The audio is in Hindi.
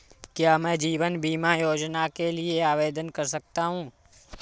क्या मैं जीवन बीमा योजना के लिए आवेदन कर सकता हूँ?